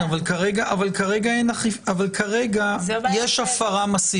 ברור לי, אבל כרגע יש הפרה מסיבית